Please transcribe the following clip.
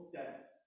death